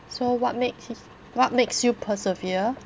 so what make what makes you persevere